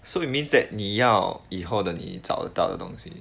so it means that 你要以后的你找得到的东西